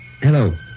Hello